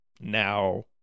Now